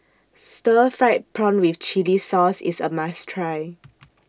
Stir Fried Prawn with Chili Sauce IS A must Try